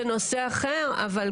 חברים,